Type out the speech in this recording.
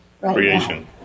Creation